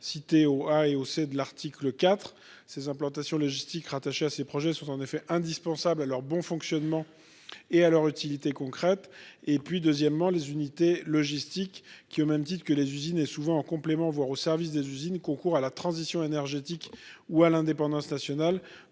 cité au ah et oh c'est de l'article IV ses implantations logistiques rattaché à ces projets sont en effet indispensables à leur bon fonctionnement et à leur utilité concrète et puis deuxièmement, les unités logistiques qui, au même titre que les usines et souvent en complément, voire au service des usines concours à la transition énergétique ou à l'indépendance nationale